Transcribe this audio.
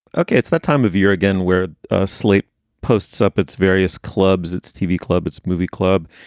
okay. it's that time of year again where ah slate posts up its various clubs, its tv club, its movie club.